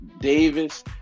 Davis